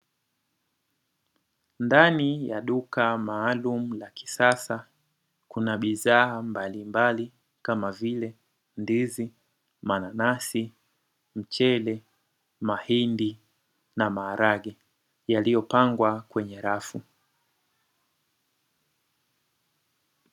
Ndani ya duka maalum la kisasa, kuna bidhaa mbalimbali kama vile ndizi, mananasi, mchele, mahindi na maharage yaliyopangwa kwenye rafu.